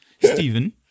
Stephen